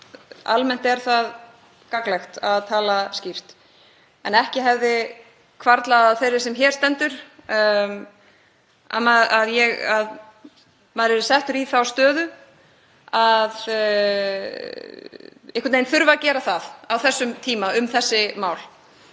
Almennt er það gagnlegt að tala skýrt en ekki hefði hvarflað að þeirri sem hér stendur að vera sett í þá stöðu að þurfa að gera það á þessum tíma um þessi mál.